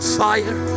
fire